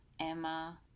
Emma